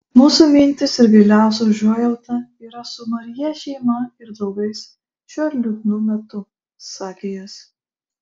mūsų mintys ir giliausia užuojauta yra su maryje šeima ir draugais šiuo liūdnu metu sakė jis